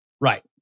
Right